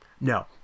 No